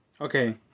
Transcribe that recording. Okay